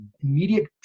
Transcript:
immediate